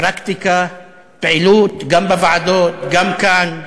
פרקטיקה, פעילות, גם בוועדות, גם כאן,